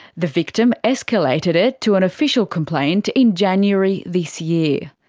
the victim escalated it to an official complaint in january this year.